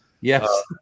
Yes